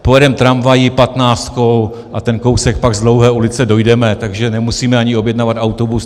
Pojedeme tramvají, patnáctkou, a ten kousek pak z Dlouhé ulice dojdeme, takže nemusíme ani objednávat autobus.